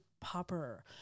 Popper